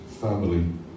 family